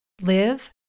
live